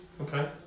Okay